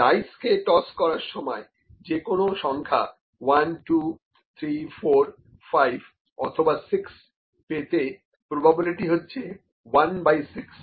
dice কে toss করার সময় যে কোনো সংখ্যা 12345 অথবা 6 পেতে প্রোবাবিলিটি হচ্ছে 1 বাই 6